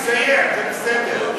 תסיים, זה בסדר.